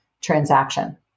transaction